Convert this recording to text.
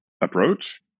approach